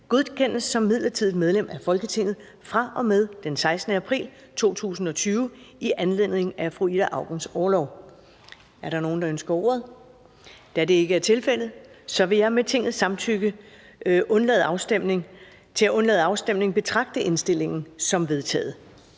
godkendes som midlertidigt medlem af Folketinget fra og med den 16. april 2020 i anledning af Ida Aukens orlov. Er der nogen, der ønsker ordet? Da det ikke er tilfældet, vil jeg med Tingets samtykke til at undlade afstemning betragte indstillingen som vedtaget.